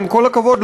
עם כל הכבוד,